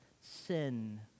sin